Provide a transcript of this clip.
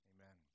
Amen